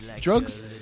drugs